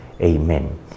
Amen